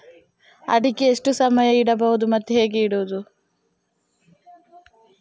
ಅಡಿಕೆ ಎಷ್ಟು ಸಮಯ ಇಡಬಹುದು ಮತ್ತೆ ಹೇಗೆ ಇಡುವುದು?